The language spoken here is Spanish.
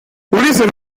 ulises